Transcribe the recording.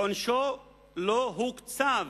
עונשו לא נקצב.